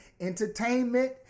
entertainment